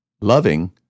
loving